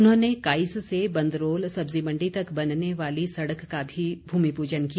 उन्होंने काईस से बंदरोल सब्जी मण्डी तक बनने वाली सड़क का भी भूमिपूजन किया